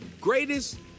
greatest